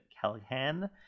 Callahan